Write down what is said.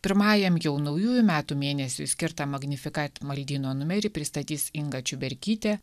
pirmajam jau naujųjų metų mėnesiui skirtą magnifikat maldyno numerį pristatys inga čiuberkytė